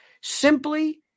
Simply